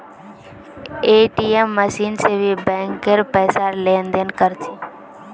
ATM machine से भी bank पैसार लेन देन कर छे